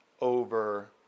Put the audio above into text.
over